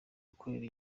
gukorera